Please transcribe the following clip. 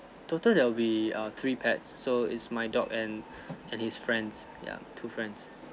total there would be err three pets so it's my dog and and his friends ya two friends